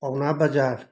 ꯄꯥꯎꯅꯥ ꯕꯖꯥꯔ